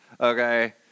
Okay